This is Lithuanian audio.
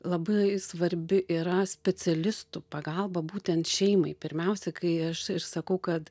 labai svarbi yra specialistų pagalba būtent šeimai pirmiausia kai aš sakau kad